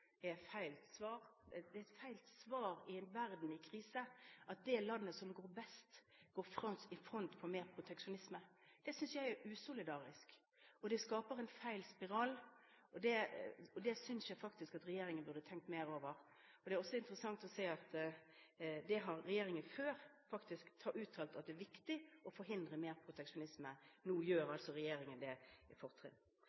feil svar. Det er et feil svar i en verden i krise at det landet som går best, går i front for mer proteksjonisme. Det synes jeg er usolidarisk, og det skaper en feil spiral, og det synes jeg faktisk at regjeringen burde tenkt mer over. Det er også interessant å se at regjeringer før faktisk har uttalt at det er viktig å forhindre mer proteksjonisme. Nå gjør